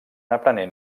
aprenent